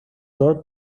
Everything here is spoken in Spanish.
rol